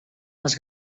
les